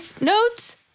notes